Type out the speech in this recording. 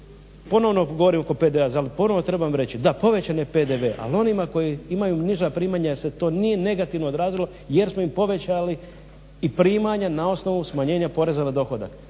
Ponovno govorim oko PDV-a, ponovo trebam reći da, povećan je PDV ali onima koji imaju niža primanja se to nije negativno odrazilo jer smo im povećali i primanja na osnovu smanjenja poreza na dohodak.